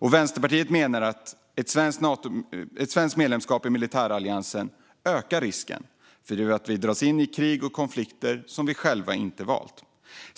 Vänsterpartiet menar att ett svenskt medlemskap i militäralliansen ökar risken för att vi dras in i krig och konflikter som vi inte själva valt.